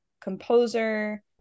composer